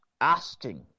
asking